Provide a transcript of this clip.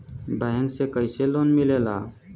Bank से कइसे loan मिलेला?